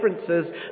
differences